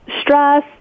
stress